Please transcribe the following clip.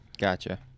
Gotcha